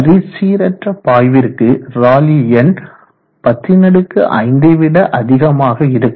வரிச்சீரற்ற பாய்விற்கு ராலி எண் 105 விட அதிகமாக இருக்கும்